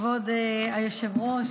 כבוד היושב-ראש,